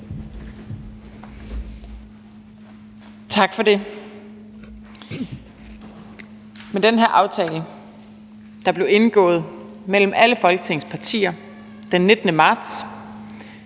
Tak for det. Med den her aftale, der blev indgået mellem alle Folketingets partier den 19. marts,